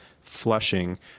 flushing